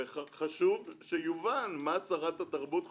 וחשוב שיובן מה שרת התרבות חושבת,